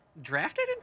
drafted